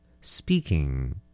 Speaking